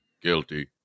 Guilty